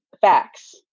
Facts